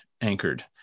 anchored